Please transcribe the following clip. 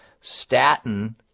statin